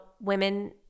women